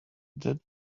that